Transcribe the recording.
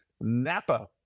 napa